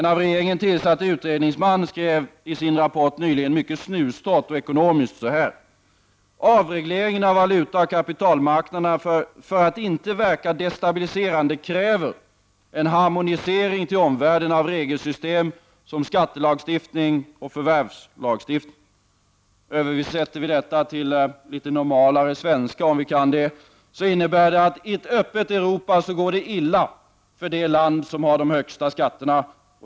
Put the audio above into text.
En av regeringen tillsatt utredningsman skrev nyligen i sin rapport mycket snustorrt och ekonomiskt följande: ”avregleringen av valutaoch kapitalmarknaderna för att inte verka destabiliserande kräver en harmonisering till omvärlden av regelsystem som skattelagstiftningen och förvärvslagstiftningen”. Översätter vi detta till litet normalare svenska, om vi kan det, innebär det: I ett öppet Europa går det illa för det land som har de högsta skatterna.